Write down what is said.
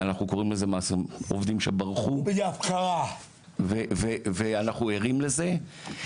אנחנו קוראים לזה עובדים שברחו, ואנחנו ערים לזה.